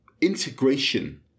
integration